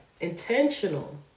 intentional